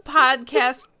podcast